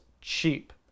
cheap